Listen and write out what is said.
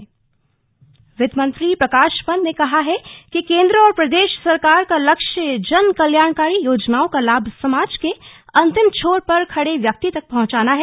पत्रकार वार्ता वित्त मंत्री प्रकाश पन्त ने कहा है कि केंद्र और प्रदेश सरकार का लक्ष्य जन कल्याणकारी योजनाओं का लाभ समाज के अन्तिम छोर पर खड़े व्यक्ति तक पहंचाना है